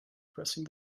pressing